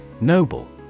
Noble